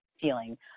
feeling